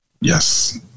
Yes